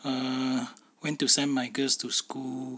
uh went to send my girls to school